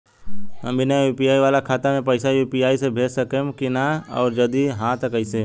हम बिना यू.पी.आई वाला खाता मे पैसा यू.पी.आई से भेज सकेम की ना और जदि हाँ त कईसे?